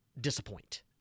disappoint